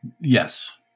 yes